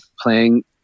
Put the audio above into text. playing